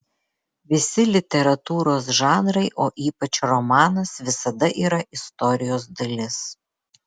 visi literatūros žanrai o ypač romanas visada yra istorijos dalis